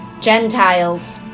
Gentiles